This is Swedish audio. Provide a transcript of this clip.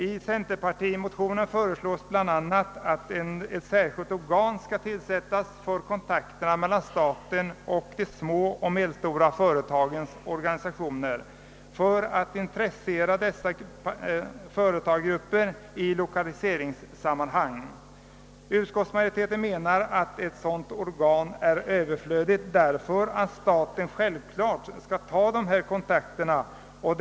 I centerpartimotionerna föreslås bl.a. att ett särskilt organ skall tillsättas för kontakterna mellan staten och de små och medelstora företagens organisationer för att intressera dessa företagargrupper i lokaliseringssammanhang. Ut skottsmajoriteten menar att ett sådant organ är överflödigt därför att siaten självfallet skall ta kontakter härvidlag.